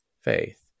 faith